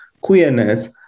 queerness